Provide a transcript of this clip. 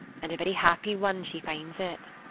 and a very happy one she finds it.